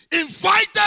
invited